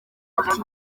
ati